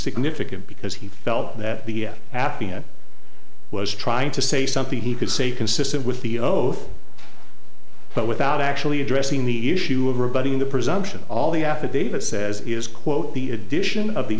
significant because he felt that the affiant was trying to say something he could say consistent with the oh oh but without actually addressing the issue of rebutting the presumption all the affidavit says is quote the edition of the